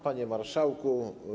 Panie Marszałku!